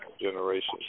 generations